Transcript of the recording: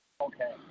Okay